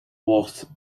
woord